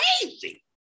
crazy